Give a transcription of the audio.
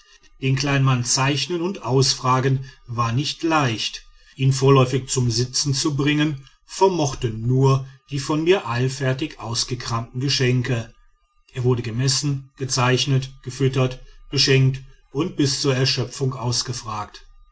den kleinen mann zeichnen und ausfragen war nicht leicht ihn vorläufig zum sitzen zu bringen vermochten nur die von mir eilfertig ausgekramten geschenke er wurde gemessen gezeichnet gefüttert beschenkt und bis zur erschöpfung ausgefragt